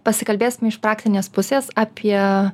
pasikalbėsim iš praktinės pusės apie